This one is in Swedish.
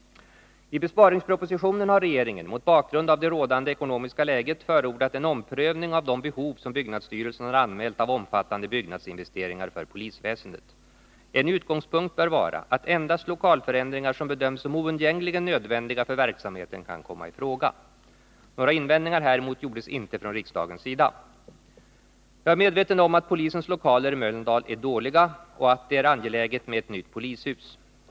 I besparingspropositionen . Jag är väl medveten om att polisens lokaler i Sandviken är dåliga och att ett nytt polishus är angeläget.